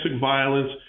violence